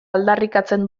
aldarrikatzen